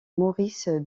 maurice